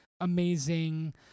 amazing